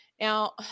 now